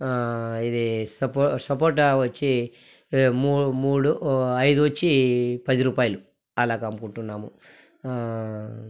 ఇది సపో సపోటా వచ్చి ఈ మూ మూడు ఓ ఐదు వచ్చి పది రూపాయలు అలాగ అమ్ముకుంటున్నాము